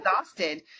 exhausted